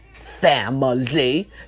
Family